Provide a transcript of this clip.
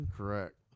correct